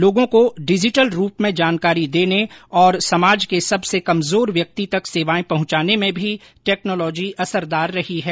लोगों को डिजिटल रूप में जानकारी देने और समाज के सबसे कमजोर व्यक्ति तक सेवाएं पहुंचाने में भी टैक्नोलोजी असरदार रही है